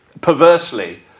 perversely